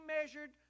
measured